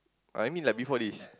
I mean like before this